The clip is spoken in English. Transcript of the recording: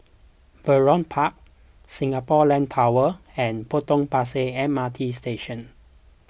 Vernon Park Singapore Land Tower and Potong Pasir M R T Station